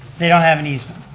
they don't have an easement.